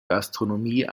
gastronomie